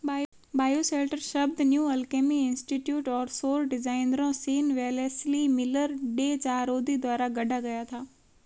bioshelter शब्द New Alchemy Institute और सौर डिजाइनरों Sean Wellesley Miller, Day Chahroudi द्वारा गढ़ा गया था